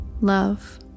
love